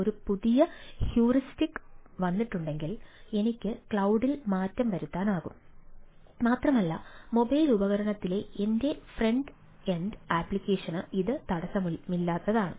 ഒരു പുതിയ ഹ്യൂറിസ്റ്റിക്സ് വന്നിട്ടുണ്ടെങ്കിൽ എനിക്ക് ക്ലൌഡിൽ മാറ്റം വരുത്താനാകും മാത്രമല്ല മൊബൈൽ ഉപകരണത്തിലെ എന്റെ ഫ്രണ്ട് എൻഡ് ആപ്ലിക്കേഷന് ഇത് തടസ്സമില്ലാത്തതാണ്